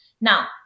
Now